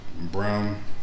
Brown